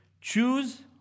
choose